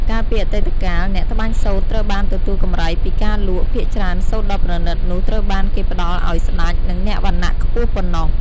កាលពីអតីតកាល អ្នកត្បាញសូត្រត្រូវបានទទួលកម្រៃពីការលក់ ភាគច្រើនសូត្រដ៏ប្រណិតនោះត្រូវបានគេផ្ដល់ឲ្យស្តេច និងអ្នកវណ្ណៈខ្ពស់ប៉ុណ្ណោះ។